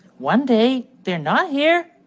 one day, they're not here.